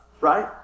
right